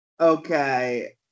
Okay